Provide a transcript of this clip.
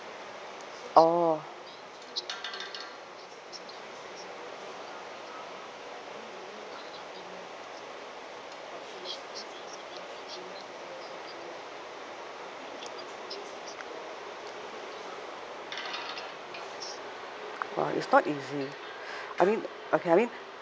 orh !wah! it's not easy I mean okay I mean